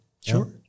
Sure